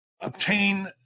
obtain